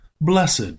Blessed